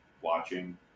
watching